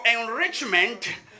enrichment